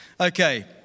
Okay